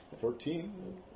Fourteen